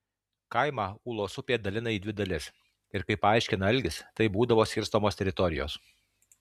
kaimą ūlos upė dalina į dvi dalis ir kaip paaiškina algis taip būdavo skirstomos teritorijos